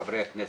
חברי הכנסת,